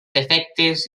efectes